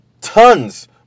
tons